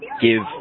give